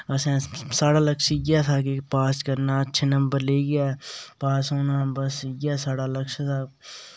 असें साढ़ा लक्ष्य इ'यै था कि पास करना अच्छे नंबर लेइयै पास होना बस इ'यै साढ़ा लक्ष्य हा